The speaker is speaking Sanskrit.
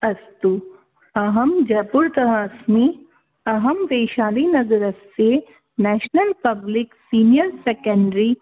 अस्तु अहं जैपुर् तः अस्मि अहं पेशाविनगरस्य नेशनल् पब्लिक् सीनीयर् सेकेण्ड्रि